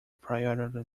priority